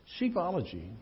Sheepology